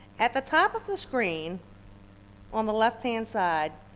at the top of the screen on the left-hand side,